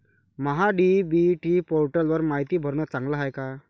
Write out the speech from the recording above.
महा DBT पोर्टलवर मायती भरनं चांगलं हाये का?